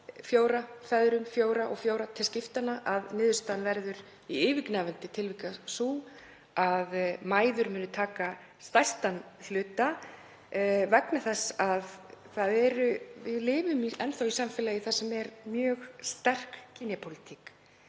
mánuði, feðrum fjóra og fjóra til skiptanna, verður niðurstaðan í yfirgnæfandi fjölda tilvika sú að mæður munu taka stærstan hlutann vegna þess að við lifum enn í samfélagi þar sem er mjög sterk kynjapólitík.